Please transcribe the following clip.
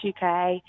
UK